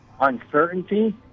uncertainty